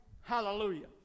Hallelujah